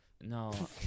No